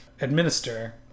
administer